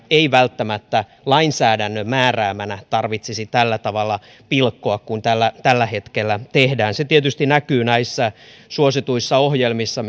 ei välttämättä lainsäädännön määräämänä tarvitsisi tällä tavalla pilkkoa kuin tällä tällä hetkellä tehdään se tietysti näkyy näissä suosituissa ohjelmissa